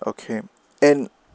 okay and